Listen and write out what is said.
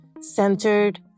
centered